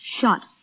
shot